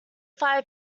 fire